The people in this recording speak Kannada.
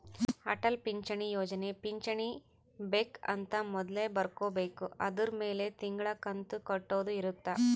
ಅಟಲ್ ಪಿಂಚಣಿ ಯೋಜನೆ ಪಿಂಚಣಿ ಬೆಕ್ ಅಂತ ಮೊದ್ಲೇ ಬರ್ಕೊಬೇಕು ಅದುರ್ ಮೆಲೆ ತಿಂಗಳ ಕಂತು ಕಟ್ಟೊದ ಇರುತ್ತ